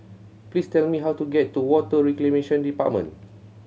please tell me how to get to Water Reclamation Department